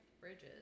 bridges